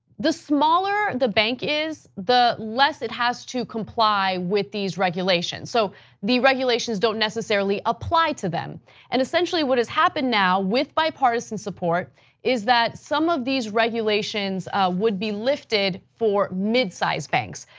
the smaller the bank is, the less it has to comply with these regulations so the regulations don't necessarily apply to them and essentially what has happened now with bipartisan support is that some of these regulations would be lifted for midsized banks.